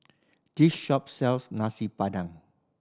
this shop sells Nasi Padang